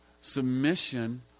Submission